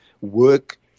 work